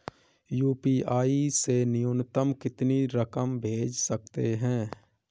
UPI से न्यूनतम कितनी रकम भेज सकते हैं?